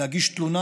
להגיש תלונה,